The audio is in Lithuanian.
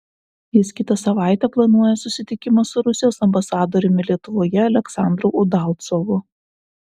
jis kitą savaitę planuoja susitikimą su rusijos ambasadoriumi lietuvoje aleksandru udalcovu